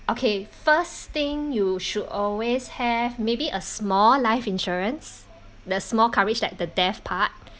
okay first thing you should always have maybe a small life insurance the small coverage like the death part